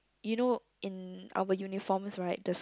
you know in our uniforms right